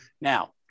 Now